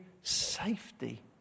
safety